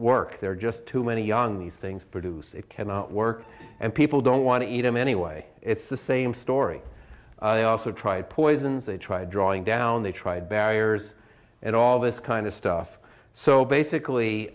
work there are just too many young these things produce it cannot work and people don't want to eat em anyway it's the same story i also tried poisons they tried drawing down they tried barriers and all this kind of stuff so